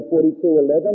42.11